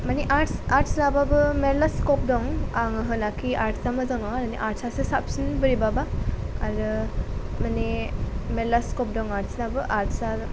माने arts arts लाब्लाबो मेरला स्क'प दं आं होनाखि आर्ट्सा मोजां नङा होननानै आर्ट्सासो साबसिन बोरैबाबा आरो माने मेरला स्क'प दं आर्ट्सनाबो आर्ट्सा